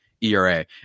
ERA